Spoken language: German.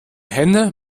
henne